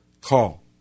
Call